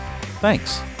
Thanks